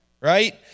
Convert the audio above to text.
right